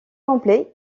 complet